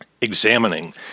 examining